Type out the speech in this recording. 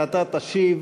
ואתה תשיב: